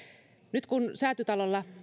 nyt kun säätytalolla